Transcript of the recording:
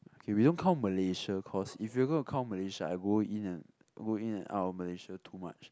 okay we don't count Malaysia cause if you gonna count Malaysia I go in and I go in and out of Malaysia too much